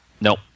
No